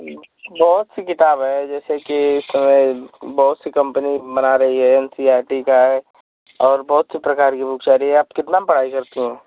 बहुत सी किताब है जैसे की बहुत सी कम्पनी बना रही है एन सी आर टी का है और बहुत सी प्रकार की बुक है अभी आप कितना में पढ़ाई करती हो